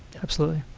absolutely.